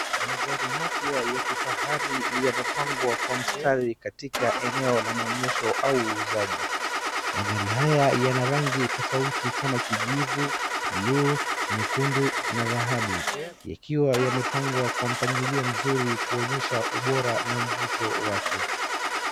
Magari mapya ya kifahari yamepangwa kwa mstari katika eneo la maonyesho au uuzaji. Magari haya yanarangi tofauti kama kijivu, bluu, nyekundu na dhahabu. Yakiwa yamepangwa kwa mpangilio mzuri kuonyesha ubora na mvuto wake.